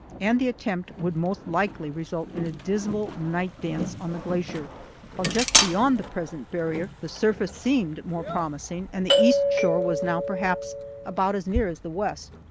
and the attempt would most likely result in a dismal night-dance on the glacier while just beyond the present barrier the surface seemed more promising, and the east shore was now perhaps about as near as the west.